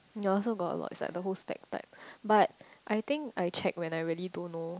ya I also got a lot it's like the whole stack like but I think I check when I really don't know